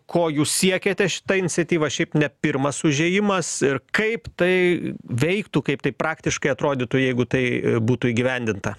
ko jūs siekiate šita iniciatyva šiaip ne pirmas užėjimas ir kaip tai veiktų kaip tai praktiškai atrodytų jeigu tai būtų įgyvendinta